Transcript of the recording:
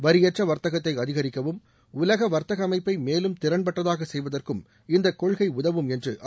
வரியற்ற வர்த்தகத்தை அதிகரிக்கவும் உலக வர்த்தக அமைப்பை மேலும் திறன்பட்டதாக செய்வதற்கும் இந்த கொள்கை உதவும் என்று அவர் கூறினார்